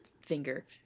finger